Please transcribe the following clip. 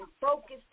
focused